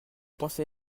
pensez